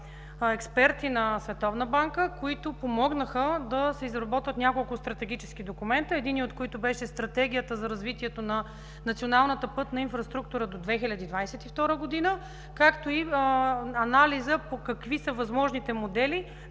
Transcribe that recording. Световната банка, които помогнаха да се изработят няколко стратегически документа, единия от които беше Стратегията за развитието на националната пътна инфраструктура до 2022 г., както и анализа какви са възможните модели,